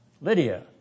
Lydia